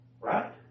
Right